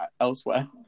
elsewhere